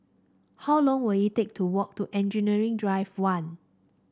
how long will it take to walk to Engineering Drive One